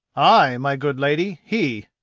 ay, my good lady, he.